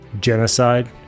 Genocide